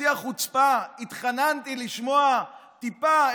בשיא החוצפה התחננתי לשמוע טיפה,